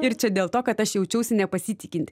ir dėl to kad aš jaučiausi nepasitikinti